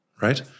right